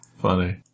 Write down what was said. Funny